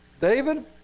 David